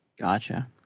Gotcha